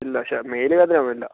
ഇല്ല പക്ഷേ മേൽ വേദനയൊന്നും ഇല്ല